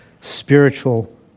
spiritual